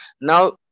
Now